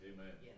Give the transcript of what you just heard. Amen